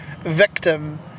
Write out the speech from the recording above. victim